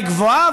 היא גבוהה,